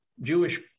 Jewish